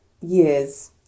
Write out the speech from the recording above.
years